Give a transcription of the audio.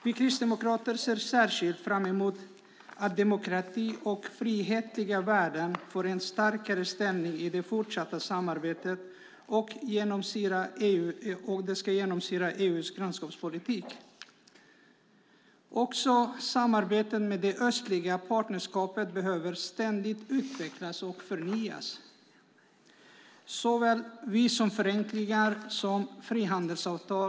Vi kristdemokrater ser särskilt fram emot att demokrati och frihetliga värden får en starkare ställning i det fortsatta samarbetet och att det genomsyrar EU:s grannskapspolitik. Också samarbetet med det östliga partnerskapet behöver ständigt utvecklas och förnyas. Visumförenklingar och frihandelsavtal behöver ses över.